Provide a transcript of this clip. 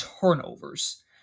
turnovers